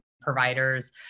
providers